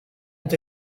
ont